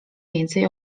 więcej